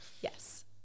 Yes